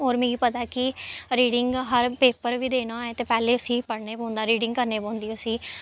होर मिगी पता कि रीडिंग हर पेपर बी देना होए ते पैह्ले उसी पढ़ने पौंदा रीडिंग करने पौंदी उसी